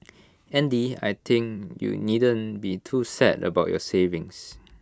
Andy I think you needn't be too sad about your savings